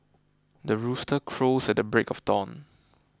the rooster crows at the break of dawn